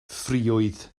friwydd